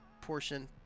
portion